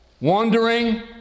wandering